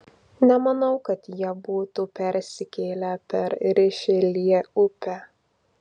nemanau kad jie būtų persikėlę per rišeljė upę